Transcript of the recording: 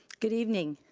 good evening.